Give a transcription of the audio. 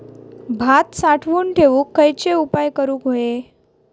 भात साठवून ठेवूक खयचे उपाय करूक व्हये?